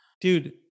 Dude